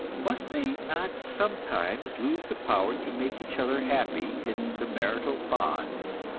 must they not sometimes lose the power to make each other happy in the marital bonds?